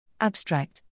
Abstract